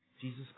Jesus